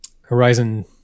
Horizon